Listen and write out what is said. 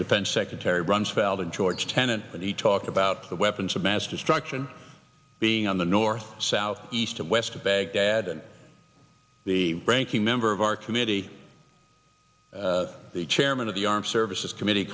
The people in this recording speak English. defense secretary rumsfeld and george tenet when he talked about the weapons of mass destruction being on the north south east and west of baghdad and the ranking member of our committee the chairman of the armed services committee